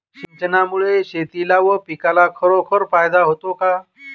सिंचनामुळे शेतीला व पिकाला खरोखर फायदा होतो का?